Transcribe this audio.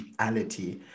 reality